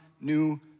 new